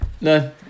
No